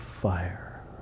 fire